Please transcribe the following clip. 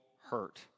hurt